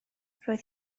roedd